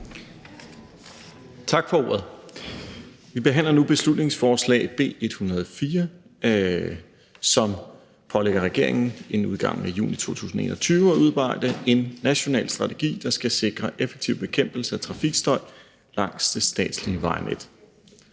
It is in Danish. Tak for ordet. Vi behandler nu beslutningsforslag B 104, som pålægger regeringen inden udgangen af juni 2021 at udarbejde en national strategi, der skal sikre effektiv bekæmpelse af trafikstøj langs det statslige vejnet.